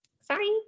Sorry